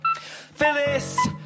Phyllis